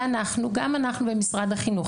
ואנחנו גם אנחנו במשרד החינוך,